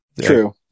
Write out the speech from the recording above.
true